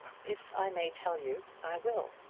if i may tell you, i will.